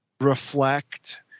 Reflect